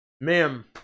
Ma'am